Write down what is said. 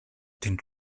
den